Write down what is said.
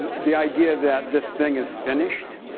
the idea that this thing is finished.